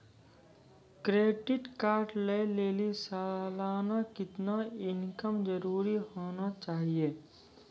Credit card लय लेली सालाना कितना इनकम जरूरी होना चहियों?